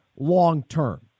long-term